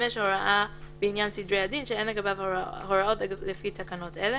הוראה בעניין סדרי הדין שאין לגביו הוראות לפי תקנות אלה